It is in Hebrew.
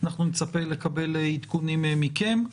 אנחנו נצפה לקבל עדכונים מכם.